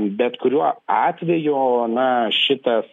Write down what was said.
bet kuriuo atveju na šitas